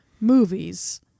movies